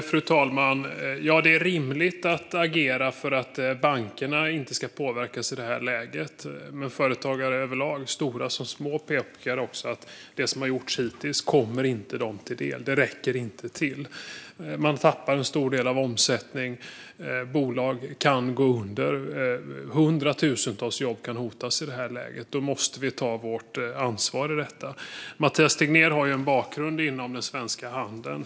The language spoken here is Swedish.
Fru talman! Det är rimligt att agera för att bankerna inte ska påverkas i det här läget, men företagare överlag, stora som små, pekar också på att det som har gjorts hittills inte kommer dem till del. Det räcker inte till. Man tappar en stor del av omsättningen. Bolag kan gå under. Hundratusentals jobb kan hotas i det här läget. Då måste vi ta vårt ansvar. Mathias Tegnér har ju en bakgrund inom handeln.